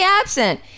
absent